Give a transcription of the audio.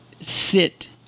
sit